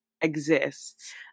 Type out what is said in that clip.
exists